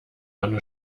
anne